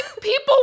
People